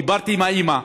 דיברתי עם האימא,